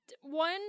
one